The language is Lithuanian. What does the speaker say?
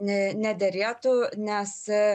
ne nederėtų nes